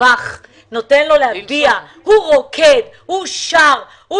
מרווח הבעה, הוא רוקד והוא שר.